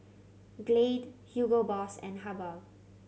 Glade Hugo Boss and Habhal